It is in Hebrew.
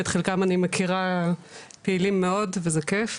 ואת חלקם אני מכירה כפעילים מאוד וזה כייף.